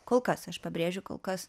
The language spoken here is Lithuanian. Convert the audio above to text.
kol kas aš pabrėžiu kol kas